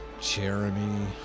Jeremy